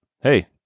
hey